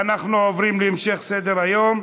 ואנחנו עוברים להמשך סדר-היום.